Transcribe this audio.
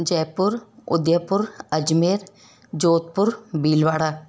Jaipur Udaipur Ajmer Jodhpur Bhilwara